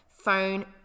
phone